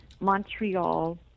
Montreal